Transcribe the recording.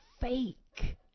fake